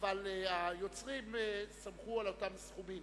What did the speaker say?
אבל היוצרים שמחו על אותם סכומים.